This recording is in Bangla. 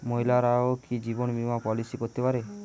মহিলারাও কি জীবন বীমা পলিসি করতে পারে?